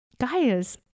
guys